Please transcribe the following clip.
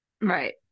right